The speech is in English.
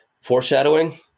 foreshadowing